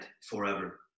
forever